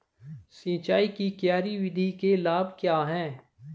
सिंचाई की क्यारी विधि के लाभ क्या हैं?